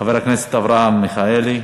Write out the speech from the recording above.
חבר הכנסת אברהם מיכאלי.